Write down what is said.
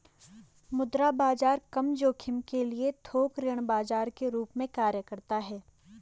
मुद्रा बाजार कम जोखिम के लिए थोक ऋण बाजार के रूप में कार्य करता हैं